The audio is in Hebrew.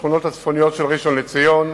השכונות הצפוניות של ראשון-לציון,